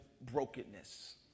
brokenness